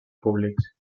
públics